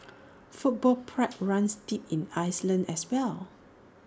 football pride runs deep in Iceland as well